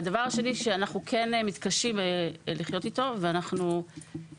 והדבר השני שאנחנו כן מתקשים לחיות איתו ולא